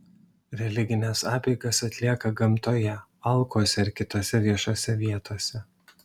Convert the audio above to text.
religines apeigas atlieka gamtoje alkuose ar kitose viešose vietose